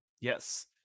Yes